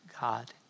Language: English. God